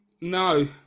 No